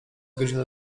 godzina